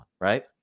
right